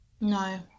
No